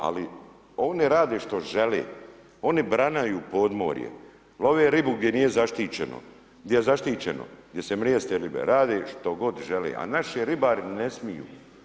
Ali oni rade što žele, oni branaju podmorjem, love ribu gdje nije zaštićeno, gdje je zaštićeno, gdje se mrijeste ribe, rade što god žele a naši ribari ne smiju.